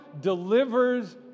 delivers